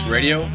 Radio